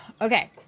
Okay